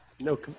No